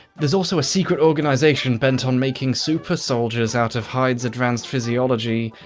there's also a secret organization bent on making super soldiers out of hyde's advanced physiology.